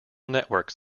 networks